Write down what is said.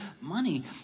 Money